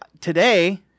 Today